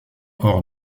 hors